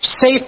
safe